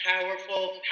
powerful